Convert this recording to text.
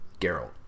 Geralt